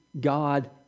God